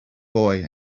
boy